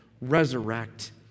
resurrect